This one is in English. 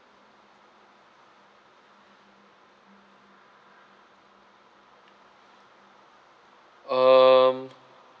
um